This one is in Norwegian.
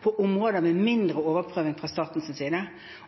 på områder og mindre overprøving fra statens side.